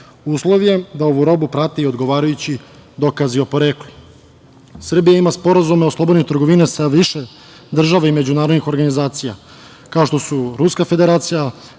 Uslov da ovu robu prate odgovarajući dokazi o poreklu. Srbija ima sporazume o slobodnoj trgovini sa više država i međunarodnih organizacija, kao što su Ruska Federacija,